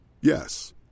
Yes